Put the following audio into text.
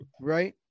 Right